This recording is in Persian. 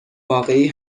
واقعی